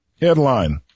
Headline